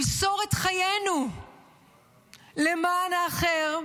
למסור את חיינו למען האחר,